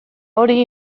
hori